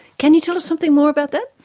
can you tell us something more about that?